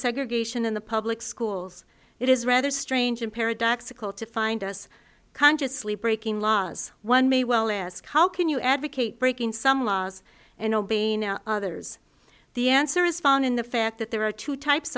segregation in the public schools it is rather strange and paradoxical to find us consciously breaking laws one may well ask how can you advocate breaking some laws and obeying others the answer is found in the fact that there are two types